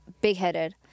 big-headed